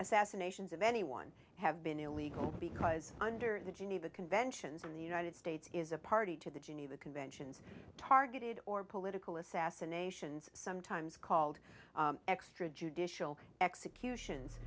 assassinations of anyone have been illegal because under the geneva conventions in the united states is a party to the geneva conventions targeted or political assassinations sometimes called extra judicial executions